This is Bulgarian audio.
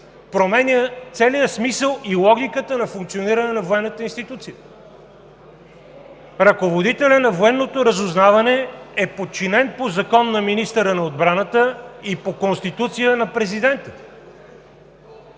променя целия смисъл и логиката на функциониране на военната институция! Ръководителят на военното разузнаване е подчинен по закон на министъра на отбраната и по Конституция – на Президента!